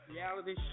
Reality